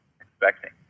expecting